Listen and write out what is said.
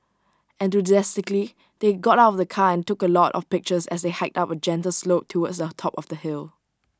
enthusiastically they got out of the car and took A lot of pictures as they hiked up A gentle slope towards the top of the hill